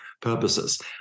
purposes